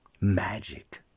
Magic